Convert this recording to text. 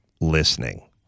listening